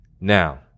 Now